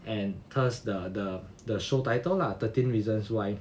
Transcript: and thus the the the show title lah thirteen reasons why